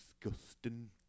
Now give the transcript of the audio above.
disgusting